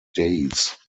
days